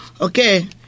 Okay